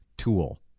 Tool